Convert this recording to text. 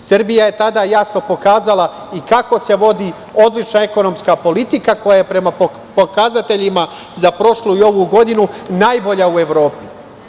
Srbija je tada jasno pokazala i kako se vodi odlična ekonomska politika koja je prema pokazateljima za prošlu i ovu godinu najbolja u Evropi.